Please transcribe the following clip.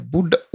Buddha